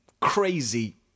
crazy